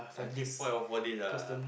I think five or four days ah